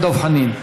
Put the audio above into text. דב חנין.